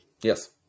Yes